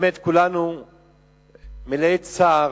באמת כולנו מלאי צער,